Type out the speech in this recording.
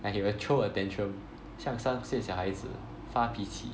and he will throw a tantrum 像三岁小孩子发脾气